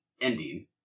ending